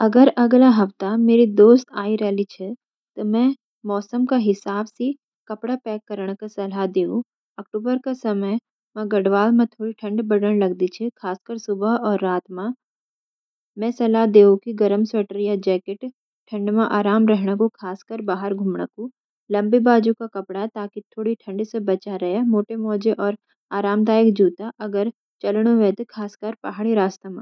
अगर अगला हफ्ता मेरी दोस्त आय रयाली छ त मौसम क हिसाब स पैक करण क सलाह देऊँ। अक्टूबर क समय म गढ़वाल म थोडी ठंड बड़ण लगंदी छ, खासकर सुबह और रात म। मैं सलाह देलू कि गरम स्वेटर या जैकेट: ठंड म आराम रहणा कू, खासकर बाहार घुमणा कू। लंबी बाजू क कपडा: ताकि थोडी ठंड स बचा रया। मोटे मोजे और आरामदायक जूता: अगर चलणू ह्वे तो, खासकर पहाड़ी रस्ता म।